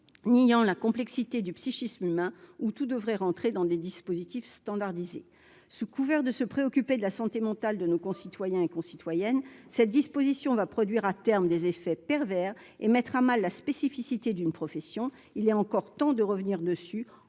niant la complexité du psychisme humain où tout devrait rentrer dans des dispositifs standardisé, sous couvert de se préoccuper de la santé mentale de nos concitoyens et concitoyennes, cette disposition va produire à terme des effets pervers et mettre à mal la spécificité d'une profession, il est encore temps de revenir dessus